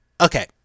Okay